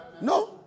No